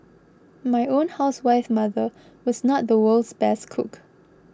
my own housewife mother was not the world's best cook